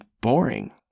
boring